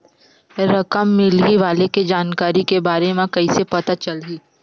रकम मिलही वाले के जानकारी के बारे मा कइसे पता चलही?